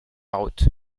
route